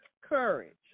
courage